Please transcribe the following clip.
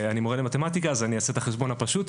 אני מורה למתמטיקה אז אני אעשה את החשבון הפשוט: